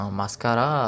mascara